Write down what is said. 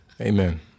Amen